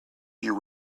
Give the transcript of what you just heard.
you